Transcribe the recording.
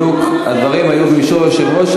בדיוק הדברים היו במישור היושב-ראש,